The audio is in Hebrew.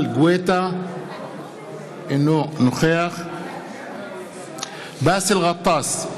אינו נוכח באסל גטאס,